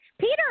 peter